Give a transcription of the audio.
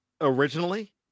originally